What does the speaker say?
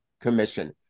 Commission